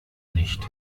nicht